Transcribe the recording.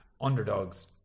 underdogs